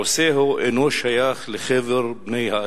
עושהו אינו שייך לחבר בני-האדם,